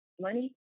money